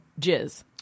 jizz